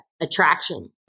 attraction